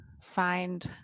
Find